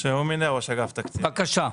ראש אגף תקציבים.